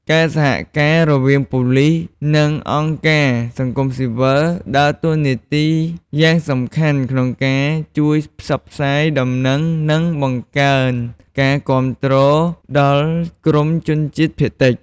ការសហការរវាងប៉ូលិស និងអង្គការសង្គមស៊ីវិល ដើរតួនាទីយ៉ាងសំខាន់ក្នុងការជួយផ្សព្វផ្សាយដំណឹង និងបង្កើនការគាំទ្រដល់ក្រុមជនជាតិភាគតិច។